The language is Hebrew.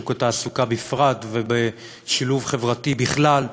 בשוק התעסוקה בפרט ובשילוב חברתי בכלל,